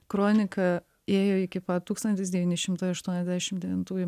kronika ėjo iki pat tūkstantis devyni šimtai aštuoniasdešim devintųjų